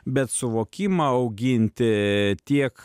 bet suvokimą auginti tiek